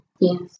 Yes